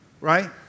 right